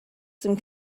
some